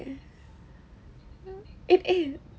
uh uh it !eww!